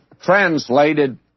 translated